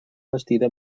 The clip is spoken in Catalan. bastida